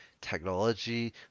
technology